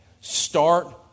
Start